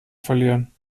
verlieren